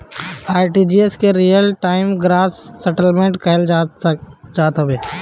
RTGS के real time gross settlement कहल जात हवे